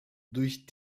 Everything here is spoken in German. durch